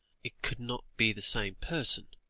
it could not be the same person,